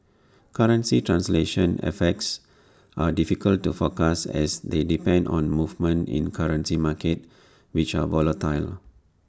currency translation effects are difficult to forecast as they depend on movements in currency markets which are volatile